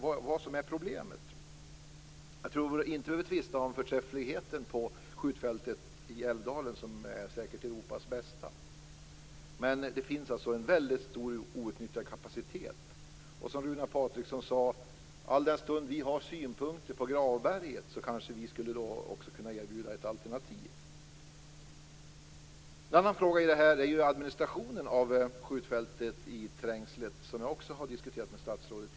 Vad är problemet? Jag tror inte att vi behöver tvista om förträffligheten på skjutfältet i Älvdalen som säkert är Europas bästa. Men det finns alltså en stor outnyttjad kapacitet. Och som Runar Patriksson sade: Alldenstund vi har synpunkter på Gravberget kanske vi också skulle kunna erbjuda ett alternativ. En annan fråga i det här är ju administrationen av skjutfältet i Trängslet, som jag tidigare också har diskuterat med statsrådet.